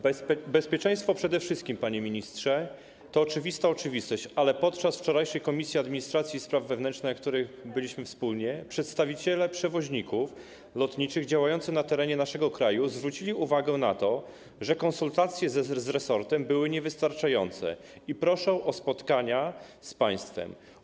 Bezpieczeństwo przede wszystkim, panie ministrze, to oczywista oczywistość, ale podczas wczorajszego posiedzenia Komisji Administracji i Spraw Wewnętrznych, na którym byliśmy wspólnie, przedstawiciele przewoźników lotniczych działających na terenie naszego kraju zwrócili uwagę na to, że konsultacje z resortem były niewystarczające i proszą o spotkania z państwem.